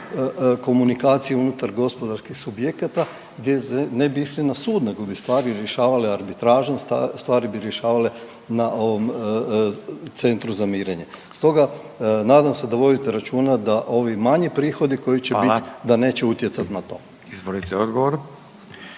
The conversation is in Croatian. komunikacije unutar gospodarskih subjekata gdje ne bi išli na sud nego bi stvari rješavali arbitražom, stvari bi rješavali na ovom centru za mirenje. Stoga nadam se da vodite računa da ovi manji prihodi koji će …/Upadica: Hvala./… bit da neće utjecati na to. **Radin, Furio